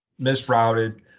misrouted